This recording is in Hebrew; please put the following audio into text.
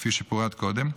כפי שפורט קודם,